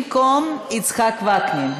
במקום יצחק וקנין.